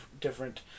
different